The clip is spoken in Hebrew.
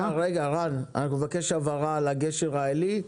אני בן אדם מכבד, באמת מכבד.